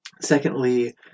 Secondly